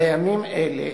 בימים אלה